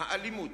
האלימות,